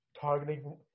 targeting